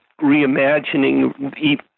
reimagining